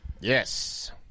Yes